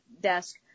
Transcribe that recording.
desk